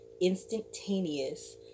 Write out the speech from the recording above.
instantaneous